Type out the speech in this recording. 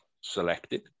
selected